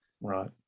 Right